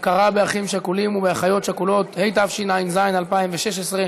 הכרה באחים שכולים ובאחיות שכולות, התשע"ז 2016,